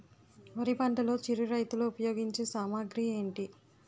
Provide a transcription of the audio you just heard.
వరి పంటలో చిరు రైతులు ఉపయోగించే సామాగ్రి ఏంటి?